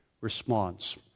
response